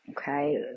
Okay